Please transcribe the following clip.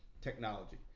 technology